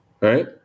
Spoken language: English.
Right